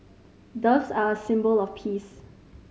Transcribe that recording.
doves are a symbol of peace